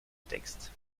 texte